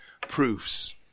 proofs